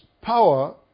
power